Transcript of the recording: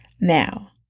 Now